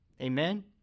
Amen